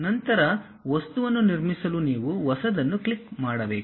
ನಂತರ ವಸ್ತುವನ್ನು ನಿರ್ಮಿಸಲು ನೀವು ಹೊಸದನ್ನು ಕ್ಲಿಕ್ ಮಾಡಬೇಕು